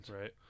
Right